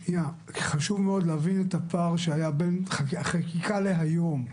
חשוב מאוד להבין את הפער שהיה בין חקיקה להיום.